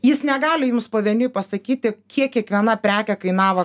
jis negali jums pavieniui pasakyti kiek kiekviena prekė kainavo